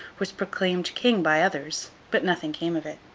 was proclaimed king by others, but nothing came of it.